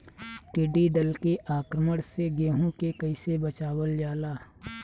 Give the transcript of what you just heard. टिडी दल के आक्रमण से गेहूँ के कइसे बचावल जाला?